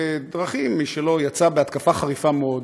בדרכים משלו, יצא בהתקפה חריפה מאוד